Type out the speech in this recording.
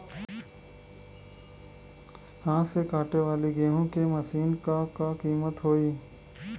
हाथ से कांटेवाली गेहूँ के मशीन क का कीमत होई?